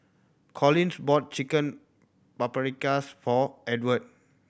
Collins bought Chicken Paprikas for Edward